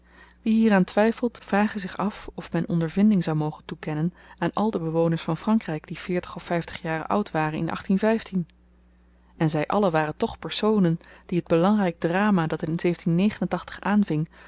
wie hieraan twyfelt vrage zich af of men ondervinding zou mogen toekennen aan al de bewoners van frankryk die veertig of vyftig jaren oud waren in en zy allen waren toch personen die t belangryk drama dat in aanving